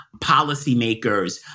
policymakers